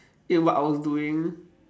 in what I was doing